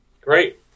Great